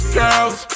girls